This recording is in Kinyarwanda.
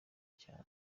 cyane